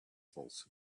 false